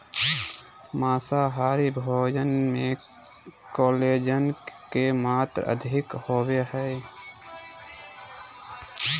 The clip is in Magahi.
माँसाहारी भोजन मे कोलेजन के मात्र अधिक होवो हय